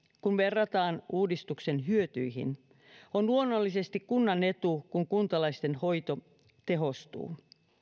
kun verrataan uudistuksen hyötyihin on luonnollisesti kunnan etu kun kuntalaisten hoito tehostuu